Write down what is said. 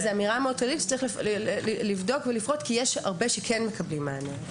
זו אמירה מאוד כללית שצריך לבדוק ולפרוט כי יש הרבה שכן מקבלים מענה.